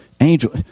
angel